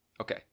Okay